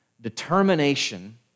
determination